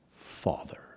Father